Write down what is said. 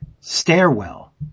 stairwell